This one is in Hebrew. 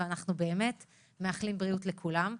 אנחנו באמת מאחלים בריאות לכולם.